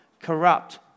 corrupt